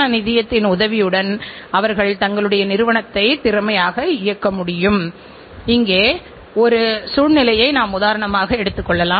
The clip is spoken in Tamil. ஹீரோ மோட்டார் நிறுவனம்அந்த பிரிவில் இன்னும் மிகப்பெரிய சந்தைப் பங்கோடு உள்ளது